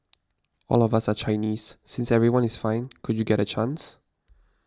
all of us are Chinese since everyone is fine could you get a chance